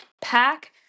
Pack